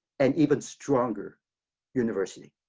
an even stronger university,